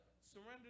Surrender